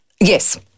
Yes